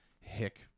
hick